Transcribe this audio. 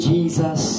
Jesus